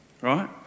right